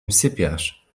sypiasz